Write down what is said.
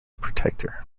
protector